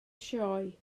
sioe